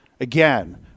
Again